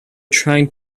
trying